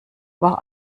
war